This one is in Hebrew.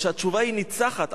והתשובה היא ניצחת,